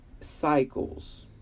Cycles